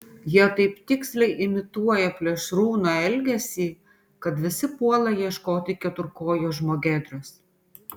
jie taip tiksliai imituoja plėšrūno elgesį kad visi puola ieškoti keturkojo žmogėdros